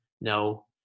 no